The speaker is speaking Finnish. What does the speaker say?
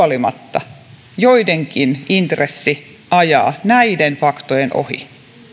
huolimatta joidenkin intressi ajaa näiden faktojen ohi